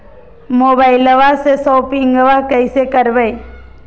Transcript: मोबाइलबा से शोपिंग्बा कैसे करबै?